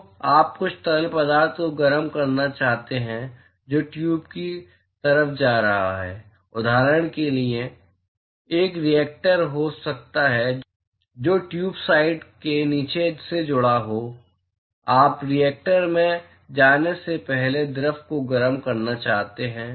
तो आप कुछ तरल पदार्थ को गर्म करना चाहते हैं जो ट्यूब की तरफ जा रहा है उदाहरण के लिए एक रिएक्टर हो सकता है जो ट्यूब साइड के नीचे से जुड़ा हो आप रिएक्टर में जाने से पहले द्रव को गर्म करना चाहते हैं